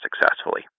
successfully